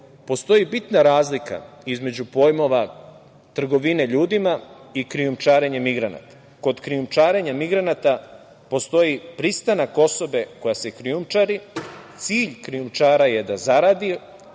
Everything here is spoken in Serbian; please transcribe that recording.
postoji bitna razlika između pojmova trgovine ljudima i krijumčarenja migranata. Kod krijumčarenja migranata postoji pristanak osobe koja se krijumčari, cilj krijumčara je da zaradi,